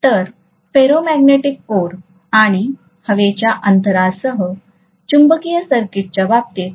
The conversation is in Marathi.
तर फेरोमॅग्नेटिक कोर आणि हवेच्या अंतरासह चुंबकीय सर्किटच्या बाबतीत